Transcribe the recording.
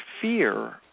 fear